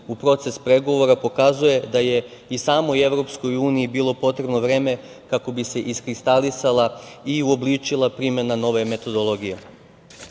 u proces pregovora pokazuje da je i samoj EU bilo potrebno vreme kako bi se iskristalisala i uobličila primena nove metodologije. Upravo